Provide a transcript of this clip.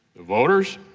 voters,